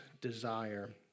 desire